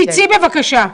תצאי בבקשה.